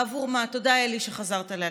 בעבור מה, תודה, אלי, שחזרת להקשיב.